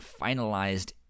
finalized